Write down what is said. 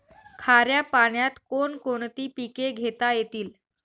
खाऱ्या पाण्यात कोण कोणती पिके घेता येतील?